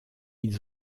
ils